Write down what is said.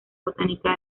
botánica